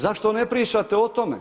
Zašto ne pričate o tome?